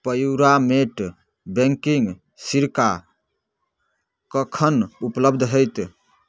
प्युरामेट banking सिरका कखन उपलब्ध होयत